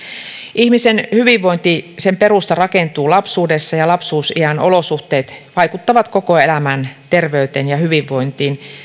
ihmisen hyvinvointi sen perusta rakentuu lapsuudessa ja lapsuusiän olosuhteet vaikuttavat koko elämän terveyteen ja hyvinvointiin